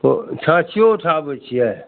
तऽ छाँछिओ उठाबै छिए